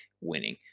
winning